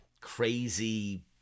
crazy